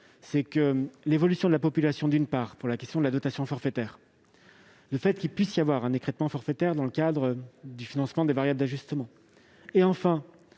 part, l'évolution de la population, pour la question de la dotation forfaitaire, d'autre part, le fait qu'il puisse y avoir un écrêtement forfaitaire dans le cadre du financement des variables d'ajustement, et, enfin,